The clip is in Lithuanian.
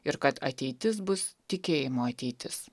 ir kad ateitis bus tikėjimo ateitis